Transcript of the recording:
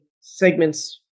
segment's